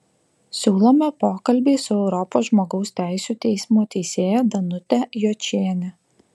siūlome pokalbį su europos žmogaus teisių teismo teisėja danute jočiene